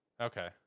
Okay